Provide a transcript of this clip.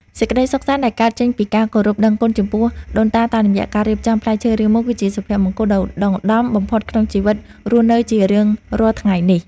សេចក្តីសុខដែលកើតចេញពីការគោរពដឹងគុណចំពោះដូនតាតាមរយៈការរៀបចំផ្លែឈើរាងមូលគឺជាសុភមង្គលដ៏ឧត្តុង្គឧត្តមបំផុតក្នុងជីវិតរស់នៅជារៀងរាល់ថ្ងៃនេះ។